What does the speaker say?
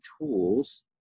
tools